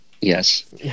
Yes